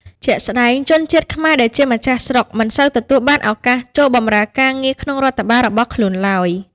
ជាក់ស្ដែង ជនជាតិខ្មែរដែលជាម្ចាស់ស្រុក មិនសូវទទួលបានឱកាសចូលបម្រើការងារក្នុងរដ្ឋបាលរបស់ខ្លួនឯងឡើយ។